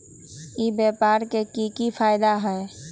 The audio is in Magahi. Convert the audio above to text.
ई व्यापार के की की फायदा है?